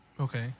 Okay